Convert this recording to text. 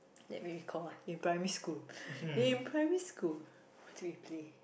let me recall in primary school in primary school what did we play